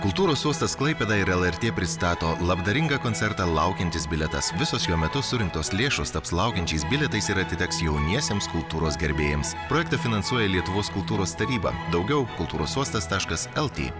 kultūros uostas klaipėda ir lrt pristato labdaringą koncertą laukiantis bilietas visos jo metu surinktos lėšos taps laukiančiais bilietais ir atiteks jauniesiems kultūros gerbėjams projektą finansuoja lietuvos kultūros taryba daugiau kultūros sostas taškas lt